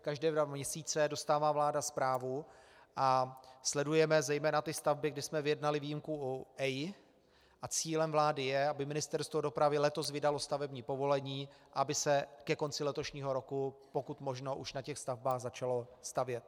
Každé dva měsíce dostává vláda zprávu a sledujeme zejména ty stavby, kde jsme vyjednali výjimku u EIA, a cílem vlády je, aby Ministerstvo dopravy letos vydalo stavební povolení a aby se letos ke konci letošního roku pokud možno už na těch stavbách začalo stavět.